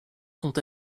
sont